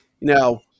now